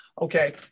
okay